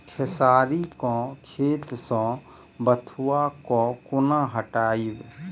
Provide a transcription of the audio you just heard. खेसारी केँ खेत सऽ बथुआ केँ कोना हटाबी